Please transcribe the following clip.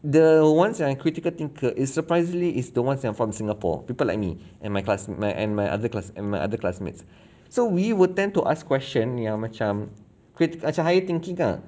the ones yang critical thinker is surprisingly is the ones yang from singapore people like me and my class and my other class and my other classmates so we would tend to ask question yang macam critic yang macam higher thinking ah